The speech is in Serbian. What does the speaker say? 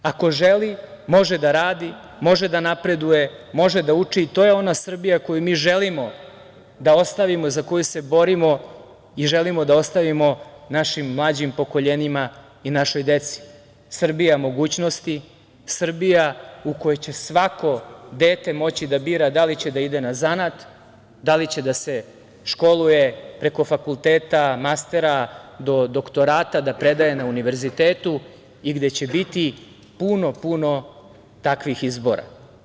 Ako želi može da radi, može da napreduje, može da uči i to je ona Srbija koju mi želimo da ostavimo i za koju se borimo i želimo da ostavimo našim mlađim pokoljenjima i našoj deci, Srbija mogućnosti, Srbija u kojoj će svako dete moći da bira, da li će da ide na zanat, da li će da se školuje preko fakulteta, mastera, do doktorata, da predaje na univerzitetu i gde će biti puno, puno takvih izbora.